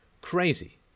crazy